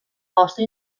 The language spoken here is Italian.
posto